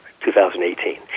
2018